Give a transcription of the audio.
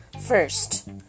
First